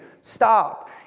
Stop